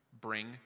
bring